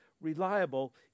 reliable